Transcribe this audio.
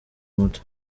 moto